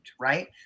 right